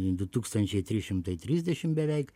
du tūkstančiai trys šimtai trisdešimt beveik